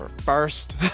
First